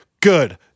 good